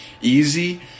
easy